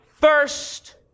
first